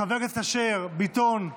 חבר הכנסת אשר, ביטון,